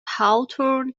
hawthorn